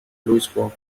louisbourg